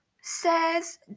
says